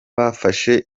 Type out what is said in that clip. bafashe